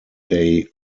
day